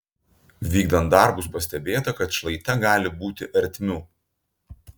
vykdant darbus pastebėta kad šlaite gali būti ertmių